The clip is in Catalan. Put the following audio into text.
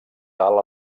tal